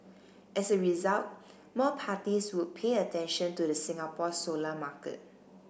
as a result more parties would pay attention to the Singapore solar market